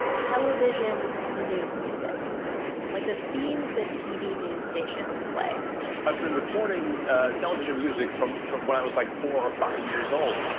television news music like the themes that tv news station play i've been recording television music from from when i was like four or five years old.